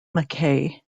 mackay